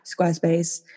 Squarespace